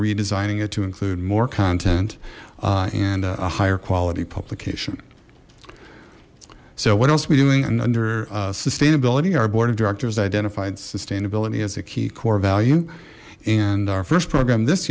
redesigning it to include more content and a higher quality publication so what else we doing and under sustainability our board of directors identified sustainability as a key core value and our first program this